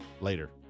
Later